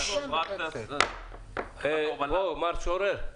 --- מר שורר,